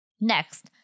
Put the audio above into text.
Next